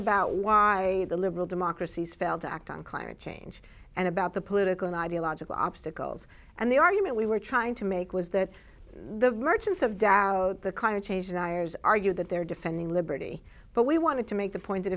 about why the liberal democracies failed to act on climate change and about the political and ideological obstacles and the argument we were trying to make was that the merchants of doubt the kind of change deniers argue that they're defending liberty but we wanted to make the point that